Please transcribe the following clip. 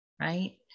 Right